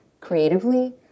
creatively